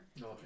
No